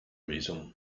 visum